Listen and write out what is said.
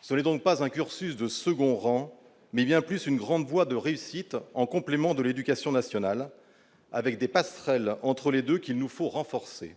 Ce n'est donc pas un cursus de second rang, mais il y a plus une grande voix de réussite en complément de l'Éducation nationale avec des passerelles entre les 2 qu'il nous faut renforcer